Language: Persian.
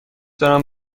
دارم